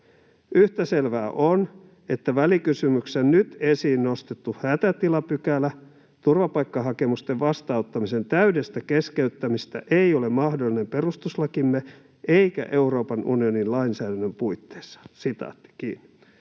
”Yhtä selvää on, että välikysymyksessä nyt esiin nostettu hätätilapykälä turvapaikkahakemusten vastaanottamisen täydestä keskeyttämisestä ei ole mahdollinen perustuslakimme eikä Euroopan unionin lainsäädännön puitteissa.” Kuten